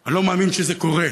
אני לא מאמין שזה קורה.